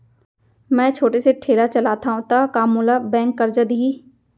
मैं छोटे से ठेला चलाथव त का मोला बैंक करजा दिही?